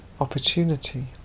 opportunity